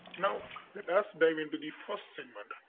now let us dive into the first segment